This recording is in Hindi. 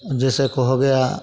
जैसे को हो गया